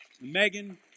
Megan